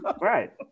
Right